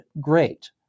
great